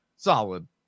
solid